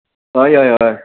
हय हय हय